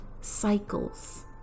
cycles